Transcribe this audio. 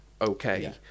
okay